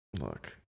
Look